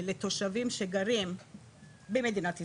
לתושבים שגרים במדינת ישראל,